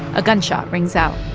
a gunshot rings out,